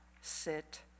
sit